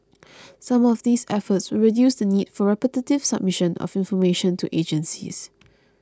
some of these efforts will reduce the need for repetitive submission of information to agencies